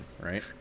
right